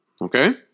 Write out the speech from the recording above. Okay